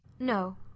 No